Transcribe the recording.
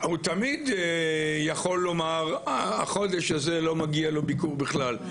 הוא תמיד יכול לומר שהחודש הזה לא מגיע לו ביקור בכלל,